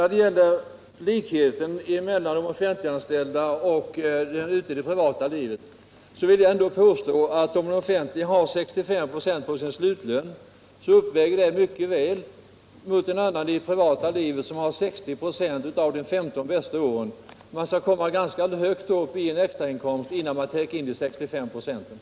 När det gäller likheterna mellan de offentliganställda och de privatanställda, vill jag ändå påstå att de offentliganställdas 65 96 av slutlönen mycket väl väger upp de privatanställdas 60 96 av de 15 bästa åren. Man skall komma ganska högt upp i en extrainkomst innan man täcker in dessa 65 96.